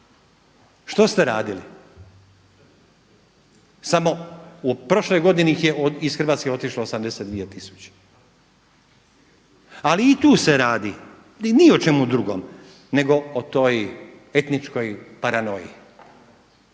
što ste radili? Samo u prošloj godini ih je iz Hrvatske otišlo 82 tisuće. Ali i tu se radi, ali o ni o čemu drugom nego o toj etničkoj paranoji.